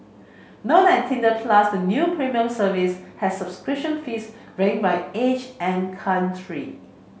known as Tinder Plus the new premium service has subscription fees varying by age and country